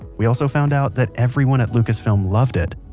we also found out that everyone at lucas film loved it,